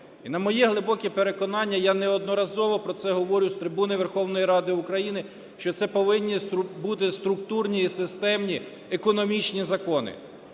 І на моє глибоке переконання, я неодноразово про це говорю з трибуни Верховної Ради України, що це повинні бути структурні і системні економічні закони.